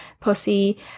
pussy